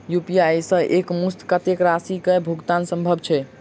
UPI सऽ एक मुस्त कत्तेक राशि कऽ भुगतान सम्भव छई?